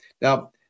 Now